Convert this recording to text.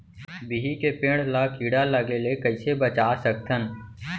बिही के पेड़ ला कीड़ा लगे ले कइसे बचा सकथन?